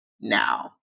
now